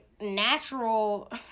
natural